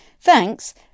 Thanks